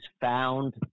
found